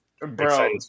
Bro